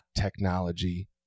technology